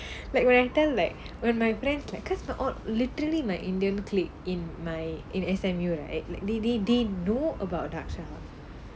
like when I tell like when my friends like because the odd literally my indian clique in my in S_M_U right like they they they know about dakshar